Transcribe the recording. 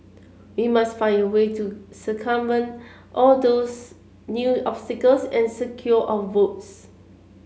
we must find a way to circumvent all those new obstacles and secure our votes